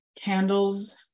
candles